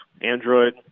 Android